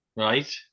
right